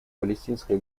палестинское